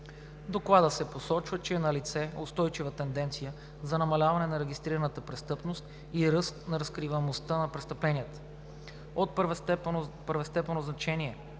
Доклада се посочва, че е налице устойчива тенденция за намаляване на регистрираната престъпност и ръст на разкриваемостта на престъпленията. От първостепенно значение